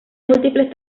múltiples